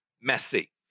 messy